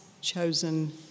chosen